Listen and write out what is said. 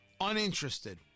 uninterested